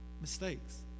mistakes